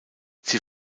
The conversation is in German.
sie